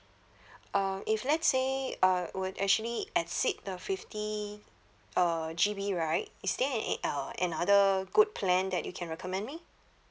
uh if let's say uh would actually at seek the fifty uh G_B right is there an uh another good plan that you can recommend me